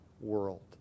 world